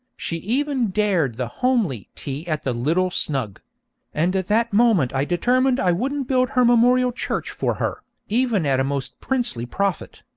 she even dared the homely tea at the little snug and at that moment i determined i wouldn't build her memorial church for her, even at a most princely profit.